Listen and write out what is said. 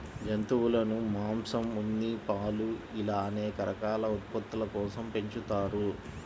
జంతువులను మాంసం, ఉన్ని, పాలు ఇలా అనేక రకాల ఉత్పత్తుల కోసం పెంచుతారు